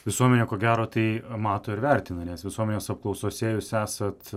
visuomenė ko gero tai mato ir vertina nes visuomenės apklausose jūs esat